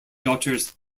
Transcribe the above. daughters